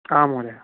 आं महोदय